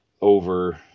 over